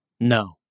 No